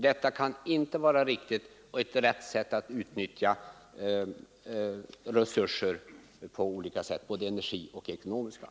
Detta kan inte vara ett riktigt sätt att utnyttja vare sig de ekonomiska resurserna eller resurserna på energisidan.